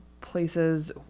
places